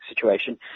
situation